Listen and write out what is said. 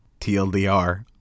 TLDR